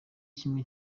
kimwe